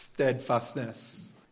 steadfastness